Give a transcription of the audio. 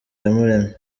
iyamuremye